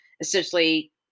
essentially